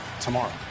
tomorrow